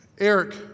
Eric